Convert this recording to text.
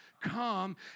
come